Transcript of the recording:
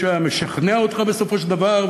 כשהוא היה משכנע אותך בסופו של דבר,